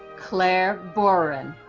claire boren.